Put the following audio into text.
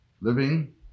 living